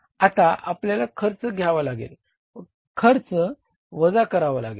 आता आपल्याला खर्च घ्यावा लागेल व खर्च वजा करावा लागेल